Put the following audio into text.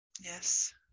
Yes